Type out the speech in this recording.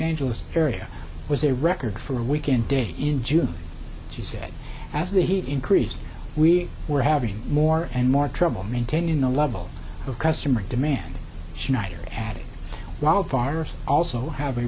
angeles area was a record for a weekend day in june she said as the heat increased we were having more and more trouble maintaining the level of customer demand she neither had wildfires also have